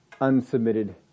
unsubmitted